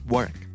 Work